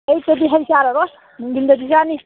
ꯑꯌꯨꯛꯇꯗꯤ ꯍꯩ ꯆꯥꯔꯔꯣꯏ ꯅꯨꯡꯗꯤꯟꯗꯗꯤ ꯆꯥꯅꯤ